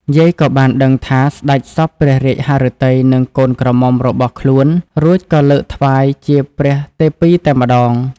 យាយក៏បានដឹងថា សេ្តចសព្វព្រះរាជហឫទ័យនឹងកូនក្រមុំរបស់ខ្លួន រួចក៏លើកថ្វាយជាព្រះទេពីតែម្ដង។